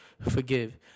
forgive